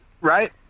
right